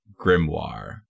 Grimoire